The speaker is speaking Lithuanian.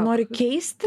nori keisti